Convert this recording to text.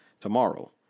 tomorrow